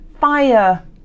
fire